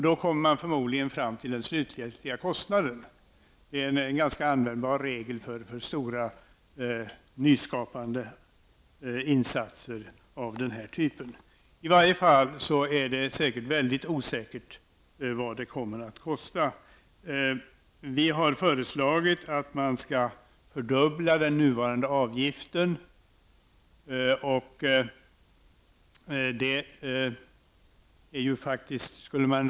Då kommer man förmodligen fram till den slutgiltiga kostnaden. Det är en ganska användbar metod för stora nyskapande insatser av den här typen. I varje fall är det väldigt osäkert vad detta kommer att kosta. Vi har föreslagit att man skall fördubbla den nuvarande avgiften.